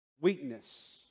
weakness